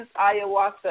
ayahuasca